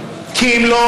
כי אם לא,